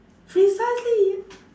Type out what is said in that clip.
precisely